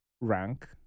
rank